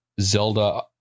Zelda